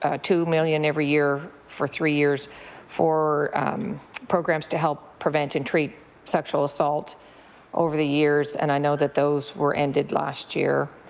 ah two million every year for three years for programs to help prevent and treat sexual assault over the years. and i know those were ended last year.